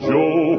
Joe